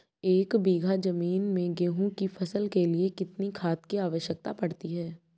एक बीघा ज़मीन में गेहूँ की फसल के लिए कितनी खाद की आवश्यकता पड़ती है?